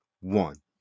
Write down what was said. One